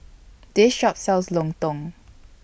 This Shop sells Lontong